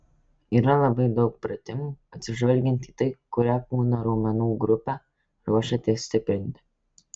yra labai daug pratimų atsižvelgiant į tai kurią kūno raumenų grupę ruošiatės stiprinti